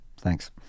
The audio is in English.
Thanks